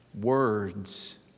Words